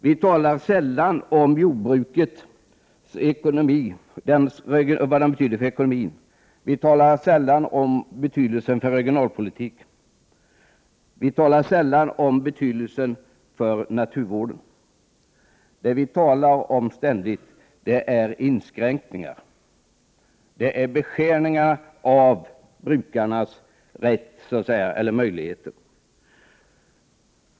Vi talar sällan om vad jordbruket betyder för ekonomin. Vi talar sällan om betydelsen för regionalpolitiken. Vi talar sällan om betydelsen för naturvården. Det vi ständigt talar om är inskränkningar i och beskärningar av brukarnas möjligheter.